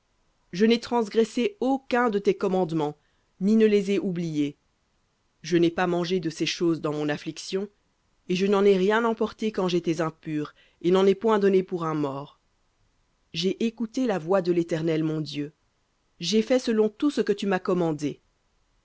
je n'ai transgressé aucun de tes commandements ni ne les ai oubliés je n'ai pas mangé de ces choses dans mon affliction et je n'en ai rien emporté quand j'étais impur et n'en ai point donné pour un mort j'ai écouté la voix de l'éternel mon dieu j'ai fait selon tout ce que tu m'as commandé